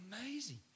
Amazing